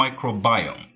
microbiome